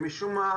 למשל,